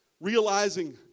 Realizing